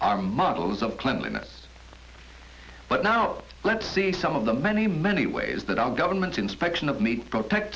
are models of cleanliness but now let's see some of the many many ways that our government inspection of meat products